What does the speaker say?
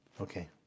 Okay